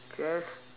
just